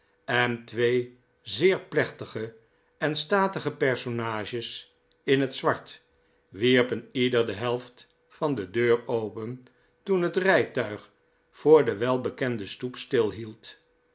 en twee zeer plechtige en statige personages in het zwart wierpen ieder de helft van de deur open toen het rijtuig voor de welbekende stoep